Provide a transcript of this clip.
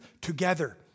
together